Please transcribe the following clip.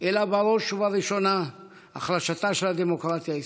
אלא בראש ובראשונה החלשתה של הדמוקרטיה הישראלית.